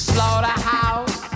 Slaughterhouse